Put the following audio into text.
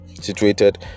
situated